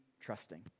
trusting